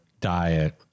diet